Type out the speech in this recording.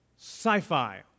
sci-fi